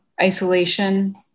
isolation